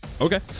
Okay